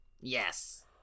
Yes